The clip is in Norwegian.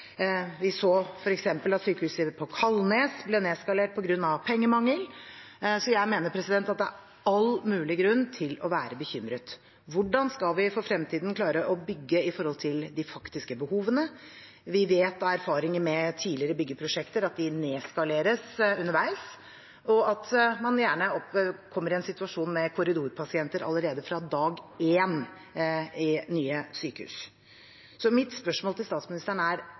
all mulig grunn til å være bekymret. Hvordan skal vi for fremtiden klare å bygge i henhold til de faktiske behovene? Vi vet fra erfaringer med tidligere byggeprosjekter at de nedskaleres underveis, og at man gjerne kommer i en situasjon med korridorpasienter allerede fra dag én i nye sykehus. Mitt spørsmål til statsministeren er: